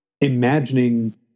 imagining